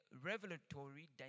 revelatory